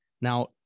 Now